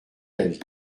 d’avis